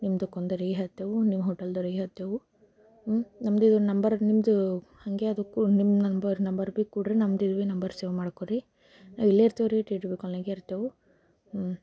ನಿಮ್ದಕ್ಕೊಂದೇ ರೀ ಹೇಳ್ತೇವೆ ನಿಮ್ಮ ಹೋಟೆಲ್ನವ್ರಿಗೆ ಹೇಳ್ತೇವೆ ನಮ್ದಿದು ನಂಬರ್ ನಿಮ್ಮದೂ ಹಂಗೆ ಅದಕ್ಕೆ ನಿಮ್ಮ ನಂಬರ್ ನಂಬರ್ ಭೀ ಕೊಡ್ರಿ ನಮ್ದು ಭೀ ನಂಬರ್ ಸೇವ್ ಮಾಡ್ಕೊರಿ ಇಲ್ಲೆ ಇರ್ತೇವ್ರಿ ಕಾಲ್ನಿಯಾಗೇ ಇರ್ತೇವೆ